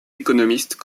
économistes